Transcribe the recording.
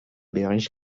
bericht